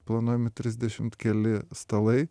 planuojami trisdešimt keli stalai